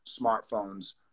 smartphones